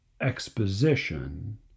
exposition